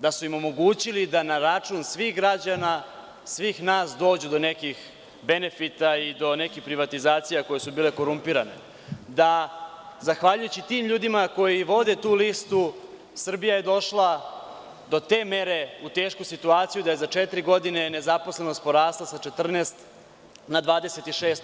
da su im omogućili da na račun svih građana, svih nas dođu do nekih benefita i do neke privatizacije, a koje su bile korumpirane, da zahvaljujući tim ljudima, koji vode tu listu, Srbija je došla do te mere u tešku situaciju, da je nezaposlenost porasla sa 14% na 26%